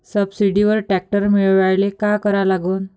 सबसिडीवर ट्रॅक्टर मिळवायले का करा लागन?